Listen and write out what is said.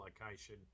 location